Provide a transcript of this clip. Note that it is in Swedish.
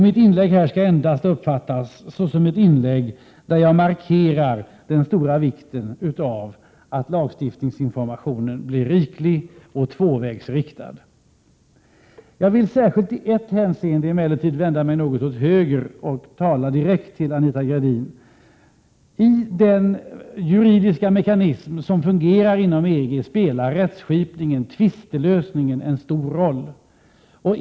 Mitt inlägg här skall endast uppfattas som ett inlägg, där jag markerar den stora vikten av att lagstiftningsinformationen blir riklig och tvåvägsriktad. Jag vill emellertid särskilt i ett hänseende vända mig något åt höger och tala direkt till Anita Gradin. I den juridiska mekanism som fungerar inom EG spelar rättskipningen, tvistelösningen, en stor roll.